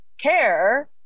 care